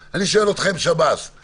כן, שב"ס עושה את זה.